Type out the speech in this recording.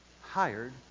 hired